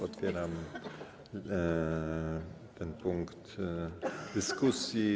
Otwieram ten punkt dyskusji.